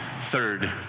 Third